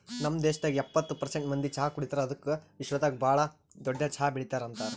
ನಮ್ ದೇಶದಾಗ್ ಎಪ್ಪತ್ತು ಪರ್ಸೆಂಟ್ ಮಂದಿ ಚಹಾ ಕುಡಿತಾರ್ ಅದುಕೆ ವಿಶ್ವದಾಗ್ ಭಾಳ ದೊಡ್ಡ ಚಹಾ ಬೆಳಿತಾರ್ ಅಂತರ್